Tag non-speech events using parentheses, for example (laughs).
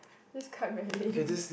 this card cery lame (laughs)